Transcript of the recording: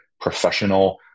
professional